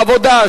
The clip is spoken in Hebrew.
העבודה,